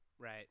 Right